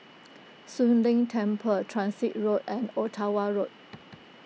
Soon Leng Temple Transit Road and Ottawa Road